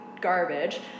garbage